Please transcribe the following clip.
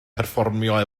perfformio